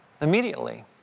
immediately